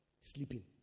sleeping